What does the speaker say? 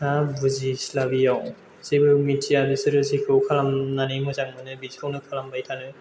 दा बुजिस्लाबिआव जेबो मिथिया बिसोरो जेखौ खालामनानै मोजां मोनो बेखौनो खालामबाय थानो